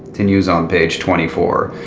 continues on page twenty four.